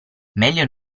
meglio